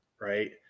right